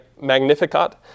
Magnificat